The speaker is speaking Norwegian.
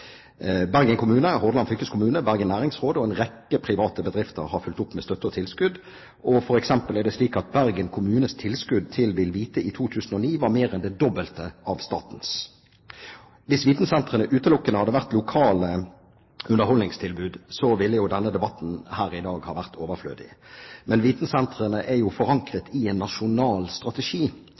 Bergen kommune, Hordaland fylkeskommune, Bergen Næringsråd og en rekke private bedrifter har fulgt opp med støtte og tilskudd. For eksempel er det slik at Bergen kommunes tilskudd til VilVite i 2009 var mer en det dobbelte av statens. Hvis vitensentrene utelukkende hadde vært lokale underholdningstilbud, ville denne debatten her i dag ha vært overflødig. Men vitensentrene er jo forankret i en nasjonal strategi